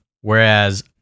Whereas